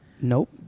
Nope